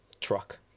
truck